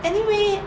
anyway